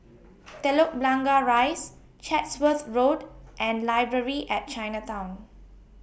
Telok Blangah Rise Chatsworth Road and Library At Chinatown